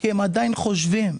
כי הם עדיין חושבים.